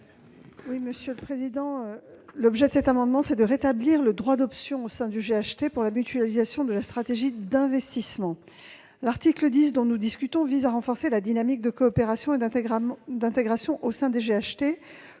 à Mme la ministre. L'objet de cet amendement est de rétablir le droit d'option, au sein du GHT, pour la mutualisation de la stratégie d'investissement. L'article 10 vise à renforcer la dynamique de coopération et d'intégration au sein des GHT,